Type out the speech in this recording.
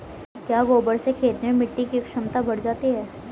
क्या गोबर से खेत में मिटी की क्षमता बढ़ जाती है?